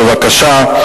בבקשה.